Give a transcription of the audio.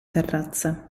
terrazza